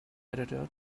editor